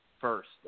first